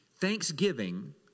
Thanksgiving